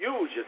huge